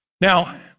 Now